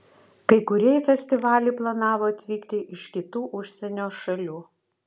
kai kurie į festivalį planavo atvykti iš kitų užsienio šalių